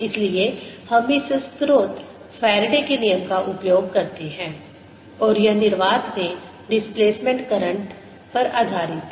इसलिए हम इस स्रोत फैराडे के नियम Faraday's law का उपयोग करते हैं और यह निर्वात में डिस्प्लेसमेंट करंट पर आधारित था